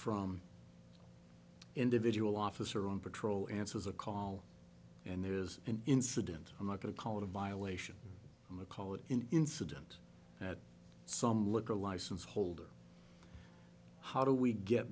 from individual officer on patrol answers a call and there is an incident i'm not going to call it a violation of a call an incident at some liquor license holder how do we get